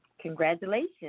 Congratulations